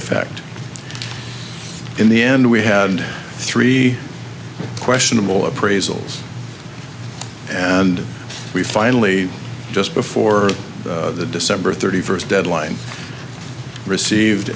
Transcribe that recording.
effect in the end we had three questionable appraisals and we finally just before the december thirty first deadline